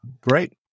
great